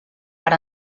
per